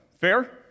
Fair